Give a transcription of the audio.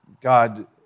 God